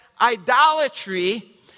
idolatry